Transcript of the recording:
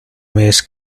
mes